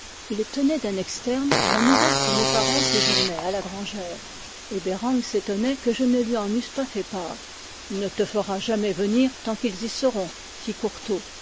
il tenait d'un externe la nouvelle que mes parents séjournaient à la grangère et bereng s'étonnait que je ne lui en eusse pas fait part il ne te fera jamais venir tant qu'ils y seront fit courtot